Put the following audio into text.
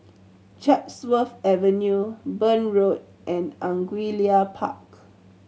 Chatsworth Avenue Burn Road and Angullia Park